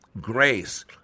grace